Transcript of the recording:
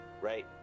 right